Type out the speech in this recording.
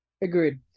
Agreed